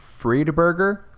Friedberger